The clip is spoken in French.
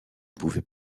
pouvait